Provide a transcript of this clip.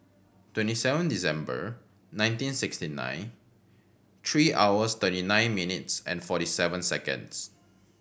twenty seven December nineteen sixty nine three hours thirty nine minutes and forty seven seconds